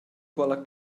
quella